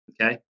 Okay